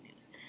news